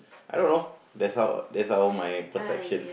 I don't know that's how that's how my perception